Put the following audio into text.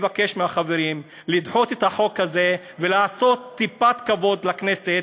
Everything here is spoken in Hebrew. אני מבקש מהחברים לדחות את החוק הזה ולעשות טיפת כבוד לכנסת,